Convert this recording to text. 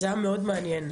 זה היה מאוד מעניין,